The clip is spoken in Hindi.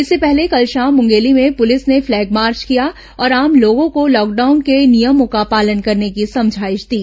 इससे पहले कल शाम मुंगेली में पुलिस ने फ्लैग मार्च किया और आम लोगों को लॉकडाउन के नियमों का पालन करने की समझाईश दी